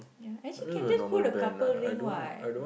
ya actually can just go the couple ring what